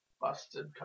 Busted